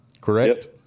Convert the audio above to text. correct